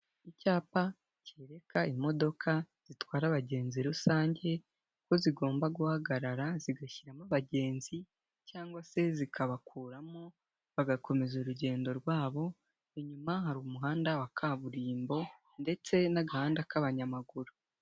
Icyapa cyereka imodoka zitwara abagenzi rusange, ko zigomba guhagarara zigashyiramo abagenzi, cyangwa se zikabakuramo bagakomeza urugendo rwabo, inyuma hari umuhanda wa kaburimbo, ndetse n'agahanda k'abanyamaguru.